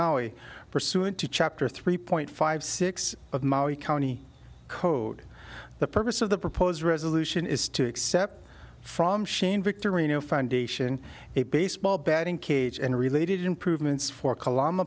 maui pursuant to chapter three point five six of maui county code the purpose of the proposed resolution is to accept from shane victory new foundation a baseball bat in cage and related improvements for